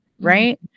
right